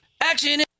action